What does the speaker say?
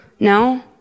No